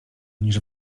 niż